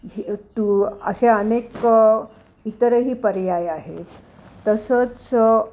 हे टू असे अनेक इतरही पर्याय आहे तसंच